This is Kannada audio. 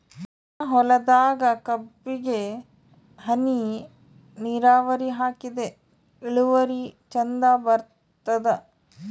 ನನ್ನ ಹೊಲದಾಗ ಕಬ್ಬಿಗಿ ಹನಿ ನಿರಾವರಿಹಾಕಿದೆ ಇಳುವರಿ ಚಂದ ಬರತ್ತಾದ?